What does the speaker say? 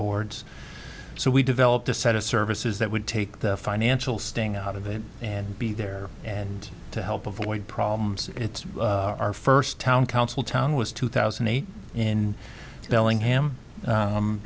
boards so we developed a set of serve says that would take the financial sting out of it and be there and to help avoid problems it's our first town council town was two thousand and eight in bellingham